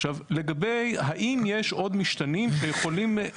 עכשיו לגבי האם יש עוד משתנים שיכולים,